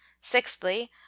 Sixthly